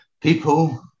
People